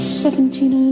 seventeen